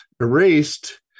erased